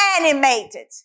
animated